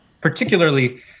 particularly